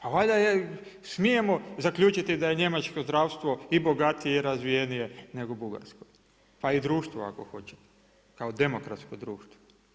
Pa valjda smijemo zaključiti da je njemačko zdravstvo i bogatije i razvijenije nego u Bugarskoj, pa i društvo ako hoćete, kao demokratsko društvo.